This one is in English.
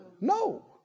No